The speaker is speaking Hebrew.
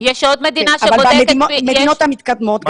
אבל במדינות המתקדמות,